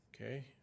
Okay